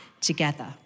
together